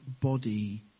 body